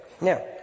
now